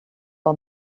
all